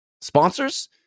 sponsors